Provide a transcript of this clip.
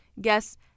guests